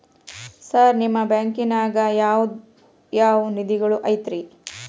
Sir ನಿಮ್ಮ ಬ್ಯಾಂಕನಾಗ ಯಾವ್ ಯಾವ ನಿಧಿಗಳು ಐತ್ರಿ?